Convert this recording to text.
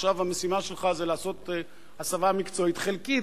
עכשיו המשימה שלך זה לעשות הסבה מקצועית חלקית,